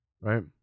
right